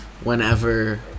whenever